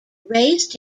raised